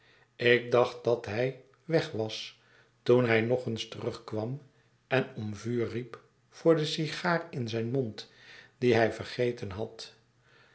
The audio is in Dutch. ik dacht dat hij weg was toen hij nog eens terugkwam en om vuur riep voor de sigaar in zijn mond die hij vergeten had